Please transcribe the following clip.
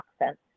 accent